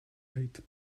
eight